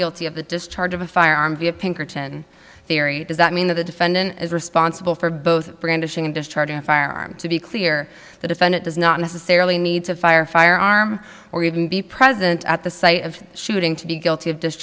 guilty of the discharge of a firearm via pinkerton theory does that mean that the defendant is responsible for both brandishing and discharging a firearm to be clear the defendant does not necessarily need to fire a firearm or even be present at the site of shooting to be guilty of